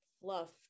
fluff